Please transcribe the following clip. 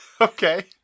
Okay